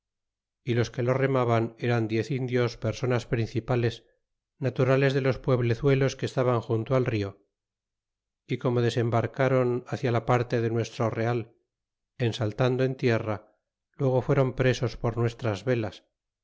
y los que lo remaban eran diez indios personas principales naturales de los pueblezuelos que estaban junto al vio y como desembareáron hacia la parte de nuestro real en saltando en tierra luego fueron presos por nuestras velas